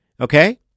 Okay